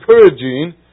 encouraging